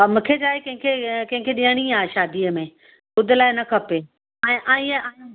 हा मूंखे छा आहे कंहिंखे कंहिंखे ॾेयणी आहे शादीअ में खुदि लाइ न खपे ऐं ऐं ईअं